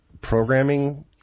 programming